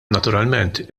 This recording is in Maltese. naturalment